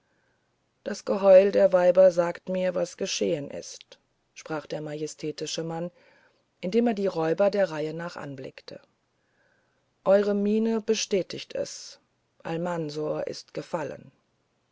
das geheul der weiber sagt mir was geschehen ist sprach der majestätische mann indem er die räuber der reihe nach anblickte eure mienen bestätigen es almansor ist gefallen